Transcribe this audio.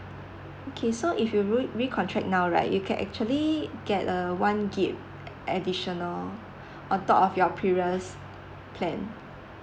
okay so if you re~ recontract now right you can actually get a one gig additional on top of your previous plan